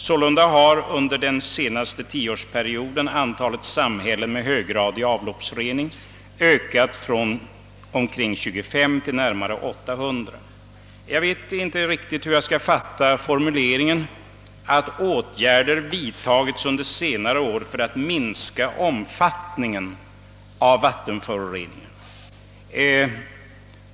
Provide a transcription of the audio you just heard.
Sålunda har under den senaste tioårsperioden antalet samhällen med höggradig avloppsrening ökat från omkring 25 till närmare 800.» Jag vet inte riktigt hur jag skall fatta formuleringen att »åtgärder har vidtagits under senare år för att minska omfattningen av vattenföroreningarna».